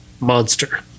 Monster